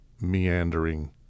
meandering